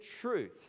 truth